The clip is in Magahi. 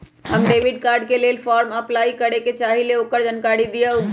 हम डेबिट कार्ड के लेल फॉर्म अपलाई करे के चाहीं ल ओकर जानकारी दीउ?